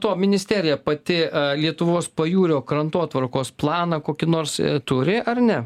to ministerija pati lietuvos pajūrio krantotvarkos planą kokį nors turi ar ne